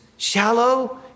Shallow